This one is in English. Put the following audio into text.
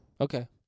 Okay